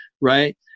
right